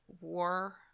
war